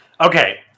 Okay